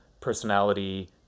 personality